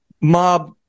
mob